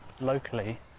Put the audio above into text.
locally